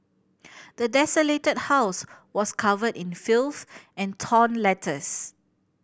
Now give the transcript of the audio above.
the desolated house was covered in filth and torn letters